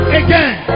again